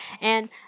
And-